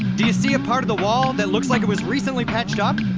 do you see a part of the wall that looks like it was recently patched up?